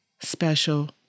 special